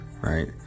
right